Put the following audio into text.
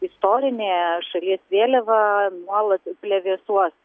istorinė šalies vėliava nuolat plevėsuos